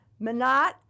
Manat